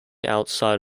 outside